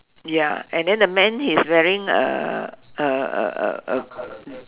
ya and then the man he is wearing uh uh uh uh uh